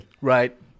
Right